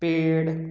पेड़